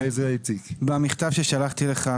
במכתב ששלחתי לך,